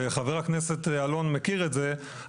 וחבר הכנסת אלון מכיר את זה,